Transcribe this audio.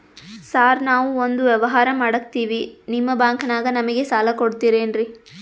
Sir ನಾವು ಒಂದು ವ್ಯವಹಾರ ಮಾಡಕ್ತಿವಿ ನಿಮ್ಮ ಬ್ಯಾಂಕನಾಗ ನಮಿಗೆ ಸಾಲ ಕೊಡ್ತಿರೇನ್ರಿ?